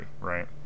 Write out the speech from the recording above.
Right